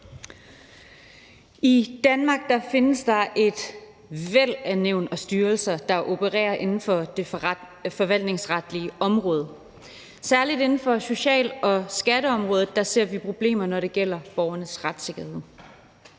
I Danmark findes der et væld af nævn og styrelser, der opererer inden for det forvaltningsretlige område. Særlig inden for social- og skatteområdet ser vi problemer, når det gælder borgernes retssikkerhed.